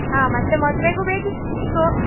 ಹಾಂ ಮತ್ತೆ ಮದುವೆಗೂ ಬೇಕಿತ್ತು